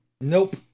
Nope